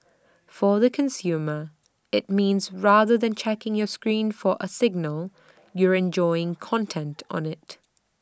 for the consumer IT means rather than checking your screen for A signal you're enjoying content on IT